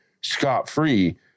scot-free